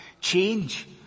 change